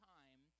time